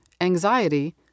anxiety